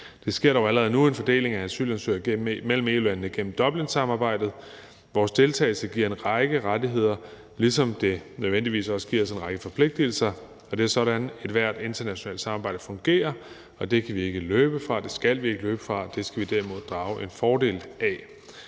Der sker dog allerede nu en fordeling af asylansøgere mellem EU-landene gennem Dublinsamarbejdet. Vores deltagelse giver en række rettigheder, ligesom det nødvendigvis også giver os en række forpligtelser. Det er sådan, ethvert internationalt samarbejde fungerer. Det kan vi ikke løbe fra, og det skal vi ikke løbe fra – det skal vi derimod drage en fordel af.